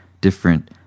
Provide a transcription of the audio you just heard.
different